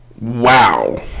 wow